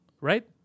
Right